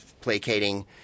placating